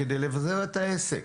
כדי לבזר את העסק.